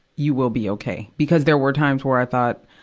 you will be okay. because there were times where i thought,